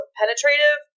penetrative